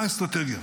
מה האסטרטגיה?